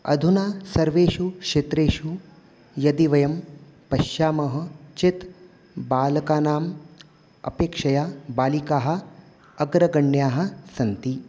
अधुना सर्वेषु क्षेत्रेषु यदि वयं पश्यामः चेत् बालकानाम् अपेक्षया बालिकाः अग्रगण्याः सन्ति